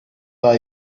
daha